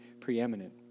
preeminent